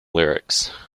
lyrics